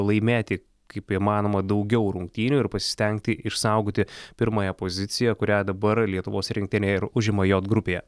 laimėti kaip įmanoma daugiau rungtynių ir pasistengti išsaugoti pirmąją poziciją kurią dabar lietuvos rinktinė ir užima j grupėje